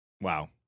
Wow